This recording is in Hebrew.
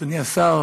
אדוני השר,